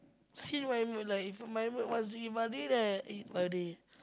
see my mood lah if my mood wants to eat Vada then I eat Vada